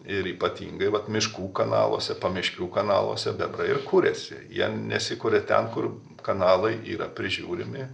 ir ypatingai vat miškų kanaluose pamiškių kanaluose bebrai ir kuriasi jie nesikuria ten kur kanalai yra prižiūrimi